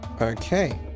Okay